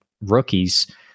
rookies